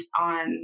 on